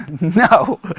No